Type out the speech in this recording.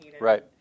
Right